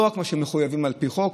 ולא רק על מה שהם מחויבים על פי חוק,